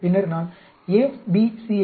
பின்னர் நான் A B C ஐ வைப்பேன்